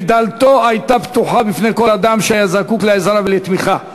ודלתו הייתה פתוחה בפני כל אדם שהיה זקוק לעזרה ולתמיכה.